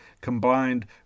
combined